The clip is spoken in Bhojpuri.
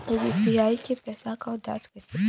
यू.पी.आई के पैसा क जांच कइसे करब?